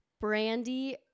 brandy